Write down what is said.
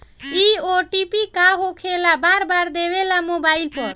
इ ओ.टी.पी का होकेला बार बार देवेला मोबाइल पर?